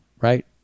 right